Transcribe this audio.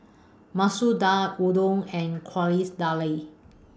Masoor Dal Udon and Quesadillas